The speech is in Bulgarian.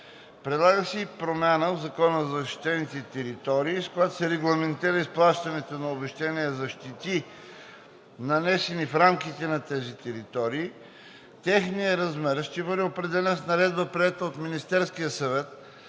Предлага се и промяна в Закона за защитените територии, с която се регламентира изплащането на обезщетения за щети, нанесени в рамките на тези територии. Техният размер ще бъде определен с наредба, приета от Министерския съвет.